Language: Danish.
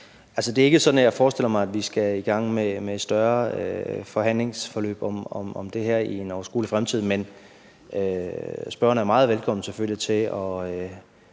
Det er ikke sådan, at jeg forestiller mig, at vi skal i gang med et større forhandlingsforløb om det her i en overskuelig fremtid. Men spørgeren er selvfølgelig meget velkommen til at